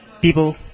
people